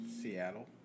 Seattle